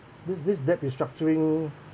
this this debt restructuring